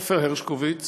עופר הרשקוביץ